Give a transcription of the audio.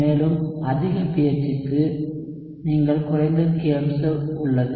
மேலும் அதிக pH க்கு நீங்கள் குறைந்த kobserved உள்ளது